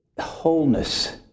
wholeness